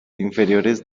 inferiores